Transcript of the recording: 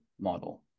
model